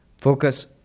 Focus